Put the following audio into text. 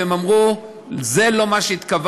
והן אמרו: זה לא מה שהתכוונו,